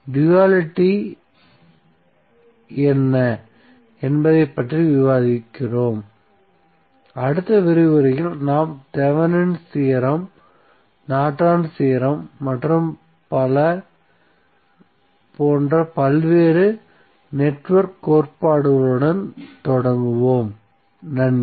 duality என்ன என்பது பற்றி விவாதிக்கிறோம் அடுத்த விரிவுரையில் நாம் Thevenin's theorem Thevenin's theorem Norton's theorem Norton's theorem மற்றும் பல போன்ற பல்வேறு நெட்ஒர்க் கோட்பாடுகளுடன் தொடங்குவோம் நன்றி